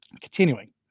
Continuing